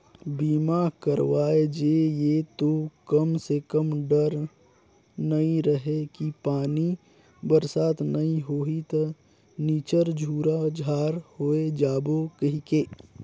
बीमा करवाय जे ये तो कम से कम डर नइ रहें कि पानी बरसात नइ होही त निच्चर झूरा झार होय जाबो कहिके